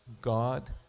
God